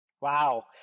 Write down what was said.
Wow